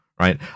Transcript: right